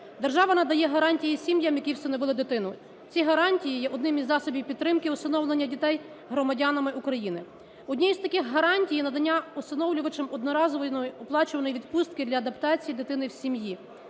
Держава надає гарантії сім'ям, які всиновили дитину. Ці гарантії є одним із засобів підтримки усиновлення дітей громадянами України. Однією з таких гарантій є надання усиновлювачам одноразової оплачуваної відпустки для адаптації дитини в сім'ї.